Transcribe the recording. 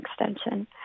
extension